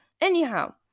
Anyhow